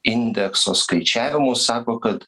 indekso skaičiavimus sako kad